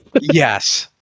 Yes